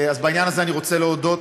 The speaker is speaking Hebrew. אז בעניין הזה אני רוצה להודות,